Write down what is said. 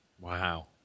Wow